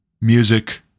music